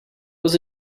was